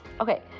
Okay